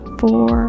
four